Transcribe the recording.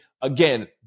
again